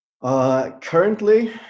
Currently